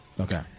Okay